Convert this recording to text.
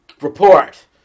Report